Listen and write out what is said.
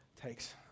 takes